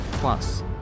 plus